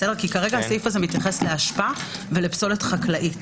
כרגע הסעיף הזה מתייחס לאשפה ולפסולת חקלאית.